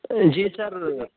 جی سر